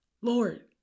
Lord